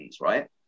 right